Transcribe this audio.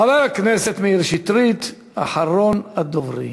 חבר הכנסת מאיר שטרית, אחרון הדוברים.